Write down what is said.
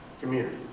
community